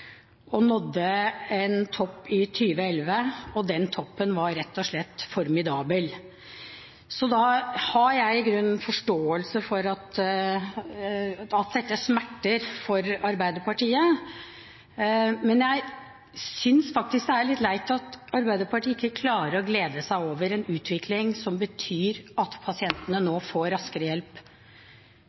og nådde en topp i 2011. Den toppen var rett og slett formidabel. Da har jeg i grunnen forståelse for at dette smerter for Arbeiderpartiet, men jeg synes faktisk det er litt leit at Arbeiderpartiet ikke klarer å glede seg over en utvikling som betyr at pasientene nå får raskere hjelp.